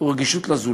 ורגישות לזולת.